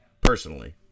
personally